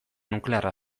nuklearra